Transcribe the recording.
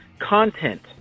content